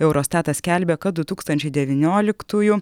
eurostatas skelbia kad du tūkstančiai devynioliktųjų